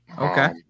Okay